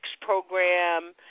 Program